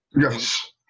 Yes